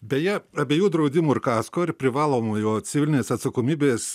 beje abiejų draudimų ir kasko ir privalomojo civilinės atsakomybės